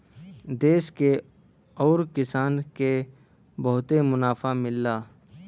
देस के आउर किसान के बहुते मुनाफा मिलला